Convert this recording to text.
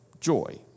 joy